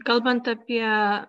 kalbant apie